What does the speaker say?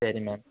சரி மேம்